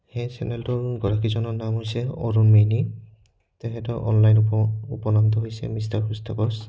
সেই চেনেলটোৰ গৰাকীজনৰ নাম হৈছে অৰুণ মেইনী তেখেতৰ অনলাইন উপ উপনামটো হৈছে মিষ্টাৰ হুছ দ্য বছ